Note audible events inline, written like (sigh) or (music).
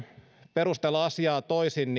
perustella asiaa toisin (unintelligible)